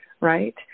right